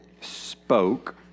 spoke